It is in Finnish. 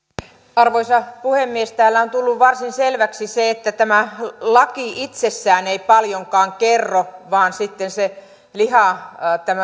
arvoisa puhemies täällä on tullut varsin selväksi se että tämä laki itsessään ei paljonkaan kerro vaan sitten se liha